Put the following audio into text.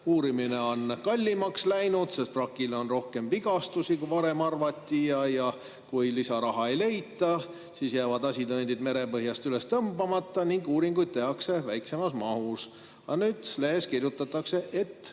uurimine on kallimaks läinud, sest vrakil on rohkem vigastusi, kui varem arvati, ja kui lisaraha ei leita, siis jäävad asitõendid merepõhjast üles tõstmata ning uuringuid tehakse väiksemas mahus. Lehes kirjutatakse, et